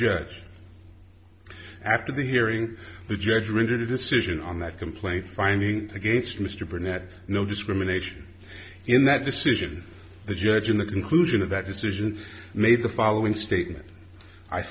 judge after the hearing the judge rendered a decision on that complaint finding against mr burnett no discrimination in that decision the judge in the conclusion of that decision made the following statement i